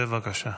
בבקשה.